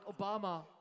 Obama